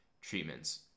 treatments